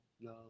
No